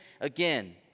again